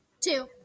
Two